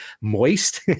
moist